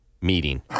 meeting